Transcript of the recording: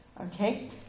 Okay